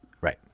Right